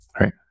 Right